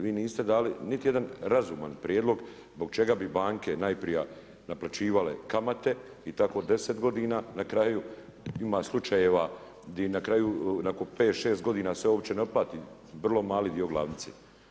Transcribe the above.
Vi niste dali niti jedan razuman prijedlog zbog čega bi banke najprije naplaćivale kamate i tako 10 godina, na kraju ima slučajeva di na kraju nakon 5, 6 godina se uopće ne otplati, vrlo mali dio glavnice.